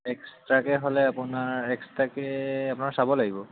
এক্সট্ৰাকে হ'লে আপোনাৰ এক্সট্ৰাকে আপোনাৰ চাব লাগিব